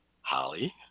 Holly